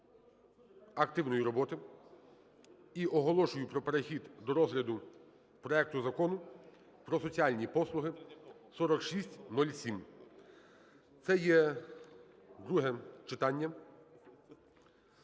активної роботи. І оголошую про перехід до розгляду проекту Закону про соціальні послуги (4607). Це є друге читання.